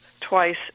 twice